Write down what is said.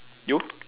you